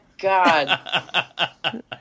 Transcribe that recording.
God